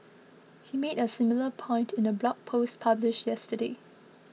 he made a similar point in a blog post published yesterday